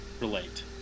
relate